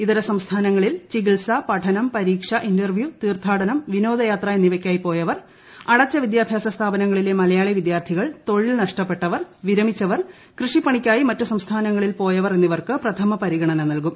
ഇതരസംസ്ഥാനങ്ങളിൽ ചിക്ടിത്സ പഠനം പരീക്ഷ ഇന്റർവ്യൂ തീർത്ഥാടനം വിനോദയാത്രം എന്നിവയ്ക്കായി പോയവർ ്അടച്ച വിദ്യാഭ്യാസ സ്ഥാപനങ്ങളില് മലയാളി വിദ്യാർത്ഥികൾ തൊഴിൽ നഷ്ടപ്പെട്ടവർ വിരമിച്ചവർ കൃഷിപ്പണിക്കായി മറ്റു സംസ്ഥാനങ്ങളിൽ പോയവർ എന്നിവർക്ക് പ്രഥമ പരിഗണന നൽകും